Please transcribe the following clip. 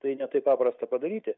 tai ne taip paprasta padaryti